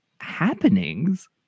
happenings